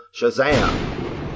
Shazam